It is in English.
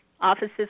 offices